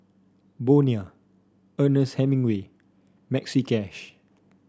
Bonia Ernest Hemingway Maxi Cash